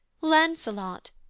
Lancelot